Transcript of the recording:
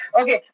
Okay